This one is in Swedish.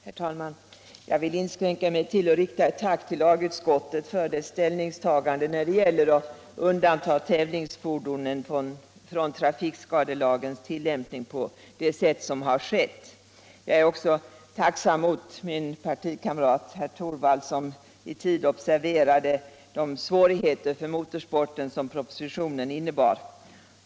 Herr talman! Jag vill inskränka mig till att rikta ett tack till lagutskottet för dess ställningstagande att på det sätt som har skett undanta tävlingsfordonen från trafikskadelagens tillämpning. Jag är också tacksam mot min partikamrat herr Torwald, som i tid observerade de svårigheter för motorsporten som propositionen innebar.